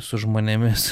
su žmonėmis